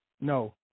No